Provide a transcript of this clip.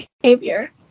behavior